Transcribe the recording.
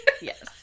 Yes